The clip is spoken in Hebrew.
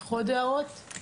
עוד הערות?